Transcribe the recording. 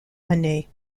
année